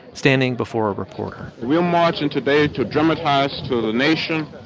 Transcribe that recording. standing before a reporter we're marching today to dramatize to the nation,